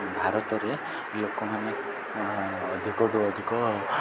ଭାରତରେ ଲୋକମାନେ ଅଧିକ ଠୁ ଅଧିକ